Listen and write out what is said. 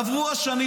עברו השנים,